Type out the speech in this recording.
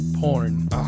Porn